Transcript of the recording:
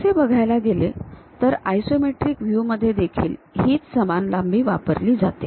तसे बघायला गेले तर आयसोमेट्रिक व्ह्यू मध्ये देखील हीच समान लांबी वापरली जाते